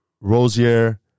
Rosier